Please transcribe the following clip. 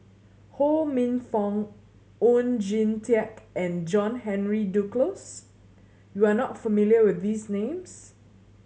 Ho Minfong Oon Jin Teik and John Henry Duclos you are not familiar with these names